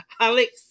Alex